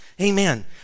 Amen